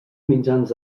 mitjans